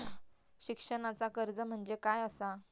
शिक्षणाचा कर्ज म्हणजे काय असा?